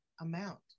amount